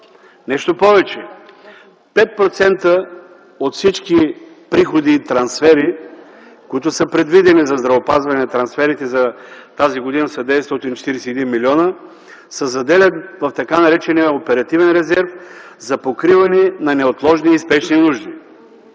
Нещо повече, 5% от всички приходи и трансфери, които са предвидени за здравеопазване – трансферите за тази година са 941 млн. лв., се заделят по така наречения оперативен резерв за покриване на неотложни и спешни нужди.